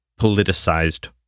politicized